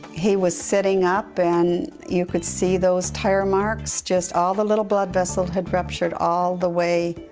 he was sitting up and you could see those tire marks. just all the little blood vessels had ruptured all the way,